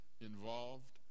involved